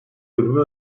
bölümü